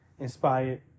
Inspired